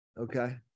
okay